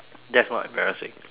that's not embarrassing